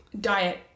diet